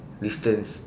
distance